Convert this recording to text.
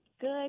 good